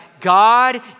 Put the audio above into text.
God